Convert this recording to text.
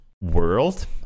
world